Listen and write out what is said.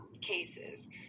cases